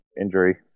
injury